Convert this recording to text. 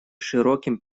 широким